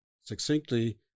succinctly